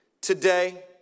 today